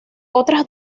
otras